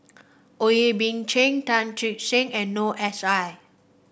Boey Kim Cheng Teo Chee Hean and Noor S I